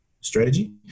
strategy